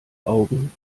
augen